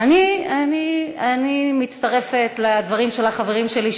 אני מצטרפת לדברים של החברים שלי,